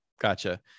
gotcha